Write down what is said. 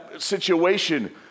Situation